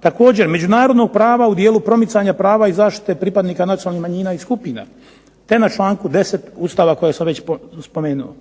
Također međunarodnog prava u dijelu promicanja prava i zaštite pripadnika nacionalnih manjina i skupina, te na članku 10. Ustava kojeg sam već spomenuo.